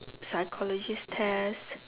psychologist test